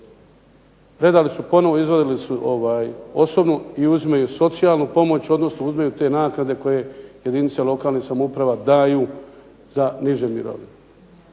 predali su ponovo, izvadili su osobnu i uzimaju socijalnu pomoć odnosno uzimaju te naknade koje jedinice lokalnih samouprava daju za niže mirovine.